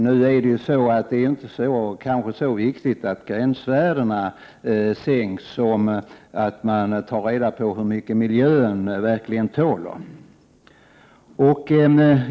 Det är kanske inte så viktigt att gränsvärdena sänks som att man tar reda på hur mycket miljön verkligen tål.